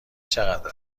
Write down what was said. چقدر